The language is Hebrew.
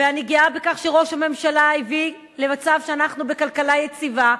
ואני גאה בכך שראש הממשלה הביא למצב שאנחנו בכלכלה יציבה.